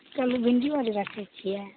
कहलहुँ भिण्डीयो अरी रखैत छियै